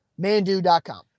Mandu.com